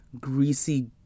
greasy